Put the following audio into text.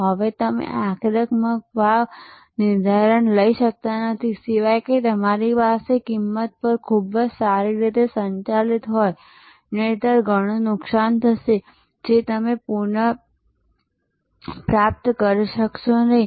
હવે તમે આક્રમક ભાવ નિર્ધારણ લઈ શકતા નથી સિવાય કે તમારી પાસે તમારી કિંમત પર ખૂબ જ સારી રીતે સંચાલિત હોયનહિંતર ઘણું નુકસાન થશે જે તમે પછીથી પુનઃપ્રાપ્ત કરી શકશો નહીં